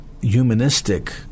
Humanistic